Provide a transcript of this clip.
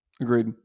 agreed